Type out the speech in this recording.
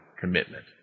commitment